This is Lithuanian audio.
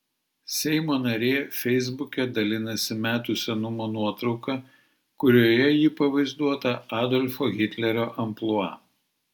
seimo narė feisbuke dalinasi metų senumo nuotrauka kurioje ji pavaizduota adolfo hitlerio amplua